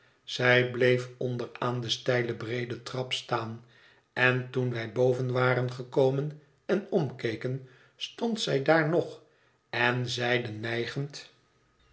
zij bleef onder aan de steile breede trap staan en toen wij boven waren gekomen en omkeken stond zij daar nog en zeide nijgend